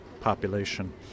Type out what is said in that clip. population